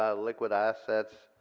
um liquid assets,